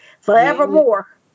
forevermore